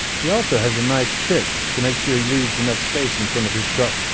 he also has a nice trick to make sure he leaves enough space in front of his truck.